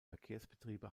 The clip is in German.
verkehrsbetriebe